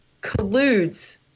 colludes